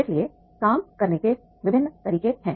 इसलिए काम करने के विभिन्न तरीके हैं